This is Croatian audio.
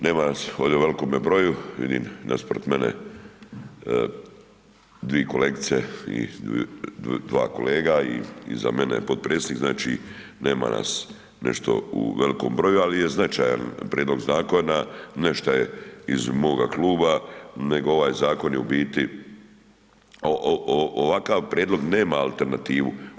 Nema nas ovdje u velikome broju, vidim, nasuprot mene dvije kolegice i dva kolega i iza mene je potpredsjednik, znači nema nas nešto u velikom broju, ali je značajan prijedlog zakona, ne što je iz moga kluba nego ovaj zakon je u biti, ovakav prijedlog nema alternativu.